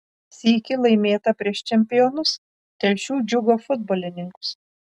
sykį laimėta prieš čempionus telšių džiugo futbolininkus